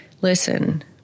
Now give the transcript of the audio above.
Listen